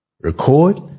record